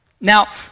Now